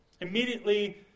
immediately